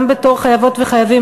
גם בתור חייבות וחייבים,